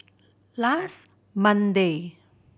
last Monday